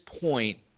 point